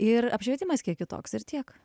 ir apšvietimas kiek kitoks ir tiek